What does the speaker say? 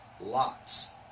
lots